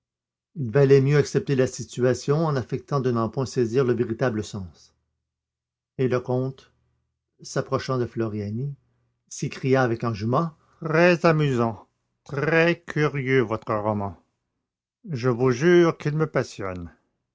valait mieux accepter la situation en affectant de n'en point saisir le véritable sens et le comte s'approchant de floriani s'écria avec enjouement très amusant très curieux votre roman je vous jure qu'il me passionne